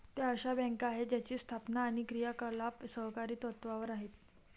त्या अशा बँका आहेत ज्यांची स्थापना आणि क्रियाकलाप सहकारी तत्त्वावर आहेत